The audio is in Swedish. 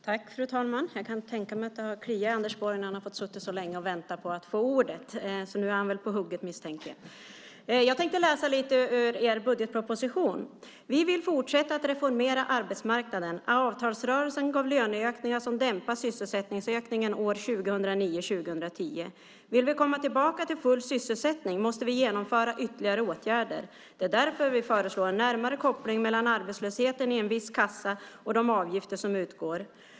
Fru talman! Jag kan tänka mig att det har kliat på Anders Borg när han har fått sitta och vänta så länge på att få ordet. Så nu är han väl på hugget, misstänker jag. Jag tänkte läsa lite grann ur er budgetproposition. Där står följande: "Vi vill fortsätta att reformera arbetsmarknaden. Avtalsrörelsen gav löneökningar som dämpar sysselsättningsökningen år 2009 och 2010. Vill vi komma tillbaka till full sysselsättning måste vi genomföra ytterligare åtgärder. - Det är därför som vi föreslår en närmare koppling mellan arbetslösheten i en viss kassa och de avgifter som utgår.